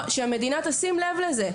שהמדינה תשים לב לזה,